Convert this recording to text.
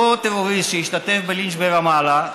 אותו טרוריסט שהשתתף בלינץ' ברמאללה,